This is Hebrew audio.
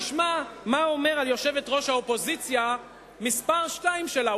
תשמע מה אומר על יושבת-ראש האופוזיציה מספר שתיים שלה,